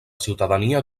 ciutadania